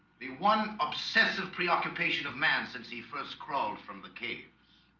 the one obsessive preoccupation of man since he first crawled from the caves